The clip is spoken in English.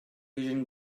vision